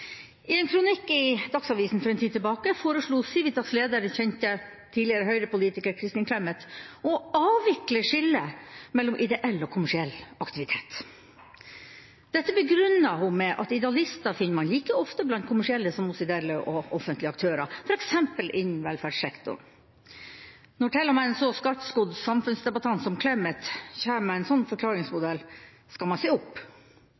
I en kronikk i Dagsavisen for en tid siden foreslo Civitas leder, den kjente tidligere Høyre-politikeren Kristin Clemet, å avvikle skillet mellom ideell og kommersiell aktivitet. Dette begrunnet hun med at idealister finner man like ofte blant kommersielle som hos ideelle og offentlige aktører, f.eks. innen velferdssektoren. Når til og med en så skarpskodd samfunnsdebattant som Clemet kommer med en slik forklaringsmodell, skal man se opp.